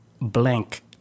blank